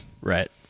Right